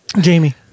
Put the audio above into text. Jamie